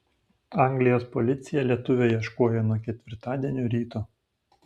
anglijos policija lietuvio ieškojo nuo ketvirtadienio ryto